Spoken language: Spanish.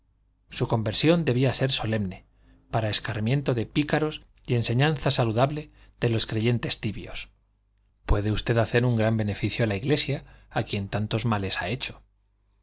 su conversión debía ser solemne para escarmiento de pícaros y enseñanza saludable de los creyentes tibios puede usted hacer un gran beneficio a la iglesia a quien tantos males ha hecho